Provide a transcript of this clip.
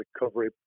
recovery